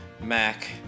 Mac